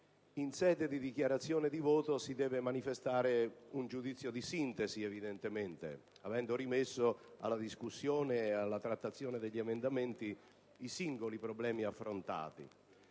in sede di dichiarazione di voto si deve manifestare un giudizio di sintesi, avendo rimesso alla discussione e alla trattazione degli emendamenti i singoli problemi affrontati.